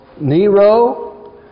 Nero